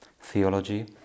theology